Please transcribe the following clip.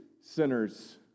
sinners